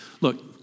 Look